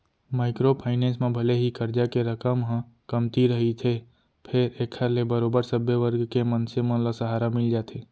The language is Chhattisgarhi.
माइक्रो फायनेंस म भले ही करजा के रकम ह कमती रहिथे फेर एखर ले बरोबर सब्बे वर्ग के मनसे मन ल सहारा मिल जाथे